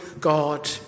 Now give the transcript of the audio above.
God